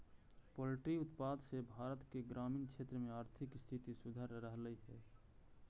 poultry उत्पाद से भारत के ग्रामीण क्षेत्र में आर्थिक स्थिति सुधर रहलई हे